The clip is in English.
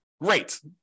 great